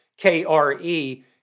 KRE